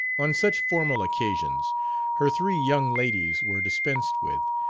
on such formal occasions her three young ladies were dispensed with.